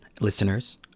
listeners